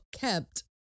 kept